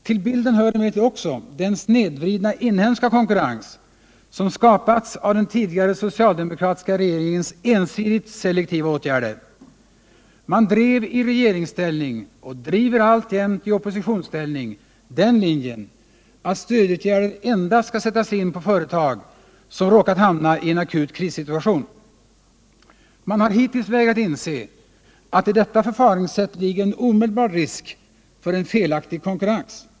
Till bilden hör emellertid också den snedvridna inhemska konkurrens som skapats av den tidigare socialdemokratiska regeringens ensidigt selektiva åtgärder. Man drev i regeringsställning och driver alltjämt i oppositionsställning den linjen att stödåtgärder endast skall sättas in på företag som råkat hamna i en akut krissituation. Man har hittills vägrat inse att i detta förfaringssätt ligger en omedelbar risk för en felaktig konkurrens.